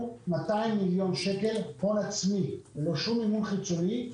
השקענו 200 מיליון שקל הון עצמי ללא שום מימון חיצוני,